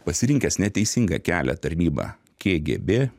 pasirinkęs neteisingą kelią tarnybą kgb